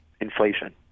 inflation